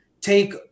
take